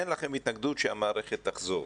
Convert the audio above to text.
אין לכם התנגדות שהמערכת תחזור,